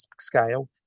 scale